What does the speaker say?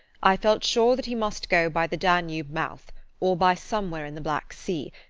i felt sure that he must go by the danube mouth or by somewhere in the black sea,